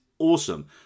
awesome